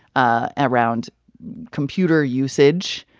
ah around computer usage,